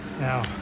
Now